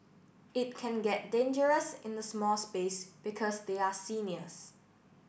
it can get dangerous in a small space because they are seniors